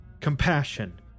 compassion